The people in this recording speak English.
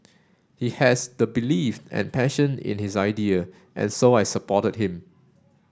he has the belief and passion in his idea and so I supported him